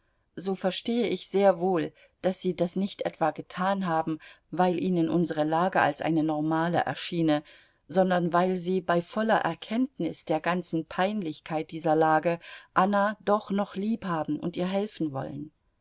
so verstehe ich sehr wohl daß sie das nicht etwa getan haben weil ihnen unsere lage als eine normale erschiene sondern weil sie bei voller erkenntnis der ganzen peinlichkeit dieser lage anna doch noch liebhaben und ihr helfen wollen